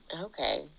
Okay